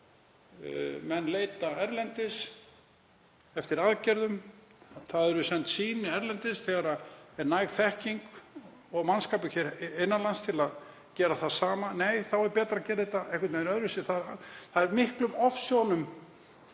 Menn leita til útlanda eftir aðgerðum. Það eru send sýni erlendis þegar næg þekking og mannskapur er hér innan lands til að gera það sama. Nei, þá er betra að gera þetta einhvern veginn öðruvísi. Þeir sjá miklum ofsjónum